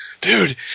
dude